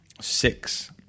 six